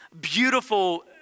beautiful